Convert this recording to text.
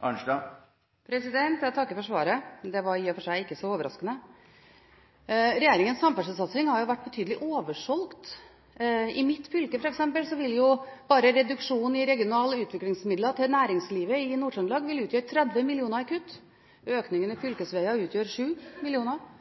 Jeg takker for svaret. Det var i og for seg ikke så overraskende. Regjeringens samferdselssatsing har vært betydelig oversolgt. I mitt fylke, Nord-Trøndelag, vil bare reduksjonen i regionale utviklingsmidler til næringslivet utgjøre 30 mill. kr i kutt. Økningen i fylkesveier utgjør